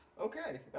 okay